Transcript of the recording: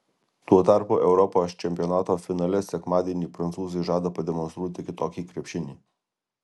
tuo tarpu europos čempionato finale sekmadienį prancūzai žada pademonstruoti kitokį krepšinį